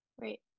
Right